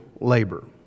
labor